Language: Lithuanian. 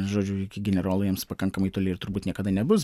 žodžiu iki generolų jiems pakankamai toli ir turbūt niekada nebus